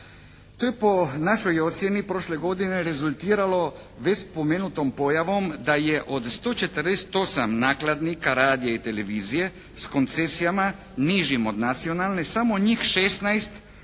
To je po našoj ocjeni prošle godine rezultiralo već spomenutom pojavom da je od 148 nakladnika radija i televizije s koncesijama nižim od nacionalne samo njih 16